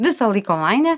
visą laiką onlaine